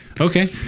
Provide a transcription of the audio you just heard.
okay